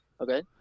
okay